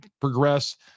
progress